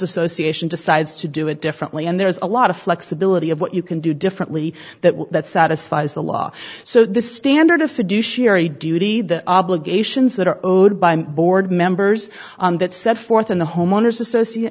association decides to do it differently and there's a lot of flexibility of what you can do differently that that satisfies the law so this standard of fiduciary duty the obligations that are owed by board members that set forth in the homeowners association